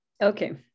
okay